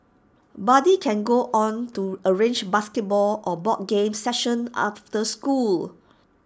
buddy can go on to arrange basketball or board games sessions after school